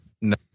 no